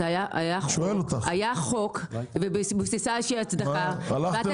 אז היה חוק ובבסיס איזה שהיא הצדקה --- הלכתם?